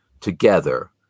together